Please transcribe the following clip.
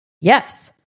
Yes